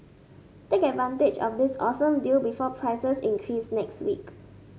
take advantage of this awesome deal before prices increase next week